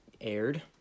aired